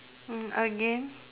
!huh! again